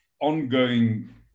ongoing